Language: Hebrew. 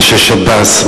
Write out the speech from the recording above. אנשי שב"ס,